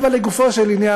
אבל לגופו של עניין,